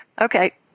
Okay